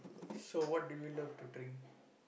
so what do you love to drink